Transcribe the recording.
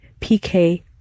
PK